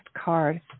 card